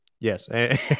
yes